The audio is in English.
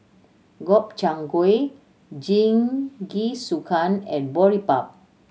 Gobchang Gui Jingisukan and Boribap